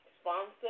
sponsor